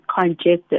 congested